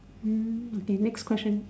hmm okay next question